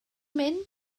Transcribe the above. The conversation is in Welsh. mynd